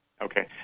Okay